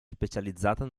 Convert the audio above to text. specializzata